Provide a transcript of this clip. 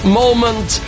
moment